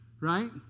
right